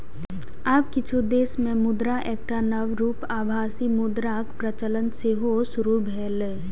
आब किछु देश मे मुद्राक एकटा नव रूप आभासी मुद्राक प्रचलन सेहो शुरू भेलैए